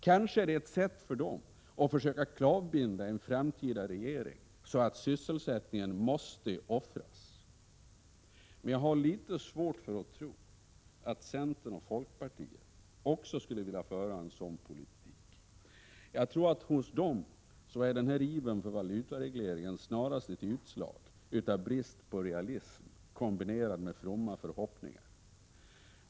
Kanske är det ett sätt för dem att försöka klavbinda en framtida regering så att sysselsättningen måste offras. Men jag har litet svårt att tro att centern och folkpartiet också skulle vilja föra en sådan politik. Jag tror att hos dem är ivern för valutaregleringens avskaffande snarast ett utslag av brist på realism, kombinerad med fromma förhoppningar.